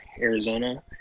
Arizona